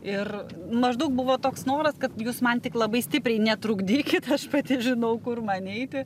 ir maždaug buvo toks noras kad jūs man tik labai stipriai netrukdykit aš pati žinau kur man eiti